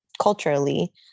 culturally